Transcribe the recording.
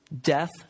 death